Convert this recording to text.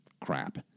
crap